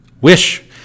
wish